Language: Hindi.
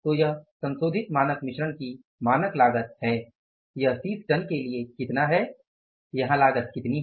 तो यह संशोधित मानक मिश्रण की मानक लागत है यह 30 टन के लिए कितना है यहाँ लागत कितनी है